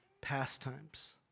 pastimes